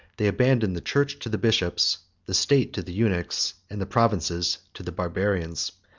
they abandoned the church to the bishops, the state to the eunuchs, and the provinces to the barbarians.